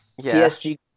PSG